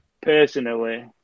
personally